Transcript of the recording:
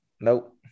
Nope